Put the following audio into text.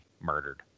murdered